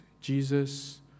Jesus